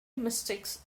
mystics